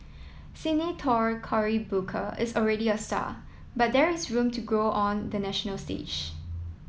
Senator Cory Booker is already a star but there is room to grow on the national stage